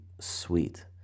sweet